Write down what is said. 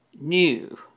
new